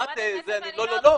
מה את לא לא לא?